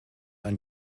ein